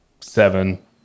seven